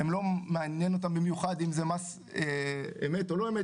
לא מעניין אותם במיוחד אם זה מס אמת או לא אמת,